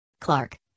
Clark